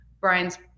Brian's